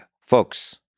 folks